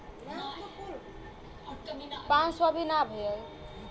ऋण के भुगतान ऑनलाइन हो सकेला?